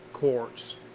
courts